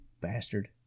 Bastard